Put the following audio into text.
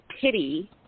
pity